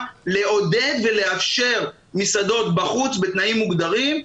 לעודד ולאפשר מסעדות בחוץ בתנאים מוגדרים.